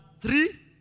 three